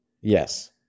Yes